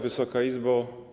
Wysoka Izbo!